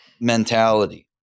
mentality